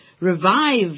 revive